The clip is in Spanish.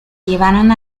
llevaron